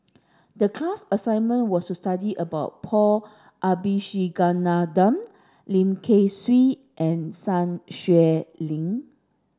the class assignment was to study about Paul Abisheganaden Lim Kay Siu and Sun Xueling